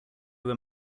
were